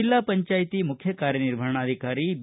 ಜೆಲ್ಲಾ ಪಂಚಾಯ್ತಿ ಮುಖ್ಯ ಕಾರ್ದನಿರ್ವಹಣಾಧಿಕಾರಿ ಬಿ